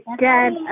dad